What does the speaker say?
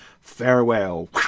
Farewell